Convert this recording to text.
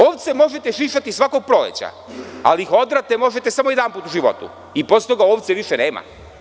Ovce možete šišati svakog proleća, ali ih odrati možete samo jedanput u životu i posle toga ovce više nema.